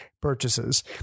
purchases